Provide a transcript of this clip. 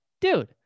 dude